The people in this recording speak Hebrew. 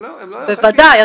בוודאי,